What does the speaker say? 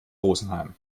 rosenheim